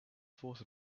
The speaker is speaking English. thought